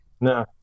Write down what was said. no